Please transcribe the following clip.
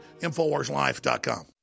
infowarslife.com